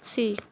ਸੀ